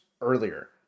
earlier